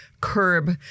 curb